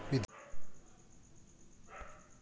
পৃথিবীর মধ্যে চীনে সবচেয়ে বেশি পরিমাণে আঙ্গুর চাষ হয়